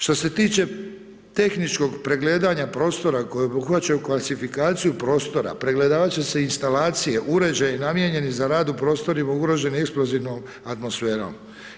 Što se tiče tehničkog pregledanja prostora koji obuhvaćaju klasifikaciju prostora, pregledavat će se instalacije, uređaji namijenjeni za rad u prostorima ugroženim eksplozivnom atmosferom.